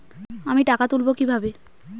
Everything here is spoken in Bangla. আমি টাকা তুলবো কি ভাবে?